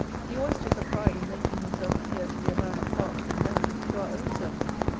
he always took a pride in making himself appear to be a man of parts and learning to our own servants.